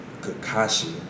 Kakashi